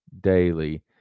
daily